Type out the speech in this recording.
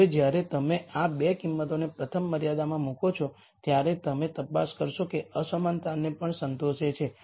હવે જ્યારે તમે આ 2 કિંમતોને પ્રથમ મર્યાદામાં મૂકો છો ત્યારે તમે તપાસ કરશો કે તે અસમાનતાને પણ સંતોષે છે